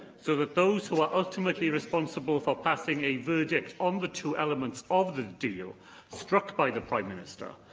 so that those who are ultimately responsible for passing a verdict on the two elements of the deal struck by the prime minister,